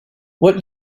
what